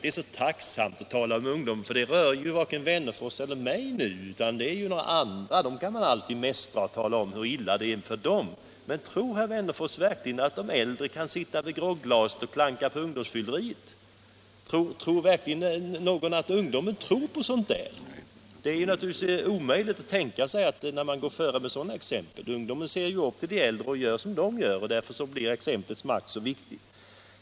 Det är ju så tacksamt att tala om ungdomen, för det berör varken herr Wennerfors eller mig, utan det gäller andra, och dem kan man alltid mästra och säga hur illa det går för dem. Men tror verkligen herr Wennerfors att de äldre kan sitta vid sina grogglas och klanka på ungdomsfylleriet? Tror verkligen någon att ungdomen lyssnar på något sådant? Det är naturligtvis omöjligt att tänka sig att den skulle göra det när de vuxna går före med sådana exempel. Ungdomen ser ju upp till de äldre och gör som de gör, och därför blir exemplets makt så viktig.